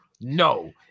no